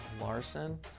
Larson